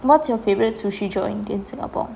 what's your favourite sushi joint in singapore